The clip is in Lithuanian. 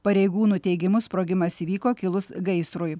pareigūnų teigimu sprogimas įvyko kilus gaisrui